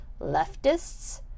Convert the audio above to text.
Leftists